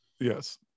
Yes